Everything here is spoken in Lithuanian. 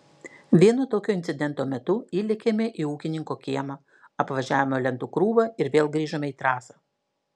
vieno tokio incidento metu įlėkėme į ūkininko kiemą apvažiavome lentų krūvą ir vėl grįžome į trasą